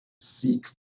seek